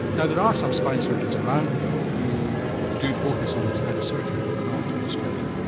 now there are some spine surgeons around though who do focus on this kind of surgery are there not in australia?